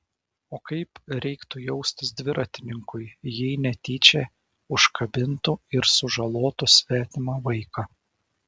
o kaip reiktų jaustis dviratininkui jei netyčia užkabintų ir sužalotų svetimą vaiką